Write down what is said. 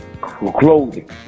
clothing